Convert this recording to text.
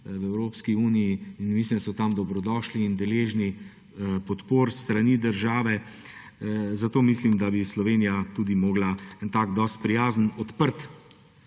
v Evropski uniji, in mislim, da so tam dobrodošli in deležni podpor s strani države. Zato mislim, da bi Slovenija tudi morala gojiti en tak dosti prijazen, odprt